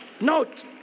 Note